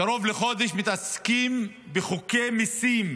קרוב לחודש מתעסקים בחוקי מיסים,